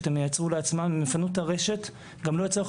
היא אמרה לך שיש לה כבר עשרות